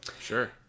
Sure